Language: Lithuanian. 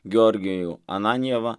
georgijų ananjevą